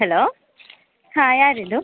hello ಹಾಂ ಯಾರು ಇದು